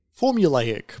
formulaic